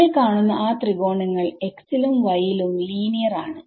നിങ്ങൾ കാണുന്ന ആ ത്രികോണങ്ങൾ x ലും yലും ലീനിയർ ആണ്